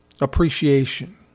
appreciation